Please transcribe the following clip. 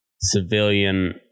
civilian